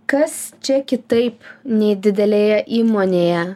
kas čia kitaip nei didelėje įmonėje